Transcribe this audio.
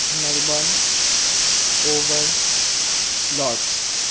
Melbourne oval lords